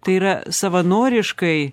tai yra savanoriškai